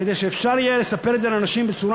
כדי שיהיה אפשר לספר את זה לאנשים בצורה